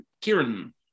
Kieran